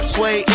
Sway